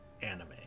anime